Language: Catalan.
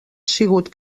sigut